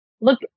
look